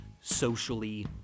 socially